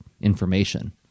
information